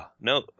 No